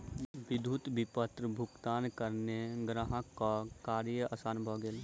विद्युत विपत्र भुगतानक कारणेँ ग्राहकक कार्य आसान भ गेल